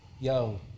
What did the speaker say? yo